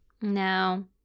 No